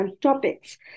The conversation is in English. topics